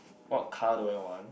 what car do I want